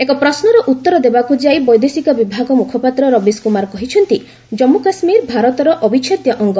ଏକ ପ୍ରଶ୍ୱର ଉତ୍ତର ଦେବାକୁ ଯାଇ ବୈଦେଶିକ ବିଭାଗ ମୁଖପାତ୍ର ରବୀଶ କୁମାର କହିଛନ୍ତି କମ୍ମୁ କାଶ୍ମୀର ଭାରତର ଅବିଚ୍ଛେଦ୍ୟ ଅଙ୍ଗ